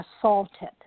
assaulted